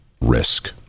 risk